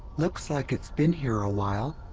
looks like it's been here a while.